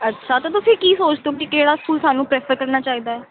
ਅੱਛਾ ਤਾਂ ਤੁਸੀਂ ਕੀ ਸੋਚਦੇ ਓ ਕਿ ਕਿਹੜਾ ਸਕੂਲ ਸਾਨੂੰ ਪ੍ਰੈਫਰ ਕਰਨਾ ਚਾਹੀਦਾ ਹੈ